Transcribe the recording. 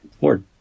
Lord